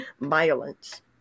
violence